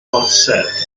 orsedd